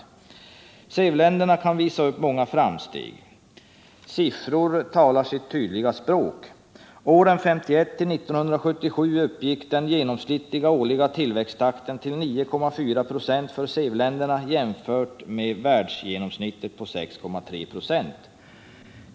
Vidare heter det: ”SEV-länderna kan visa upp många framsteg. Siffror talar sitt tydliga språk: åren 1951-1977 uppgick den genomsniuliga årliga tillväxttakten till 9,4 procent för SEV-länderna jämfört med världsgenomsnittet på 6,3 procent.